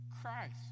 Christ